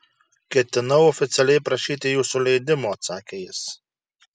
ketinau oficialiai prašyti jūsų leidimo atsakė jis